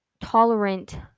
tolerant